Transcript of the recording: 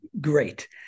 great